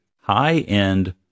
high-end